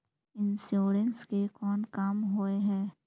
Insurance के कोन काम होय है?